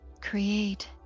create